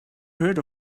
heard